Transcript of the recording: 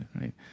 right